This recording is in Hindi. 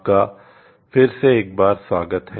आपका फिरसे एक बार स्वागत हैं